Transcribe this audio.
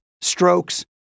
strokes